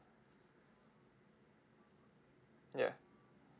yeah